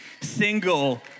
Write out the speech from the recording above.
single